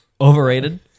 overrated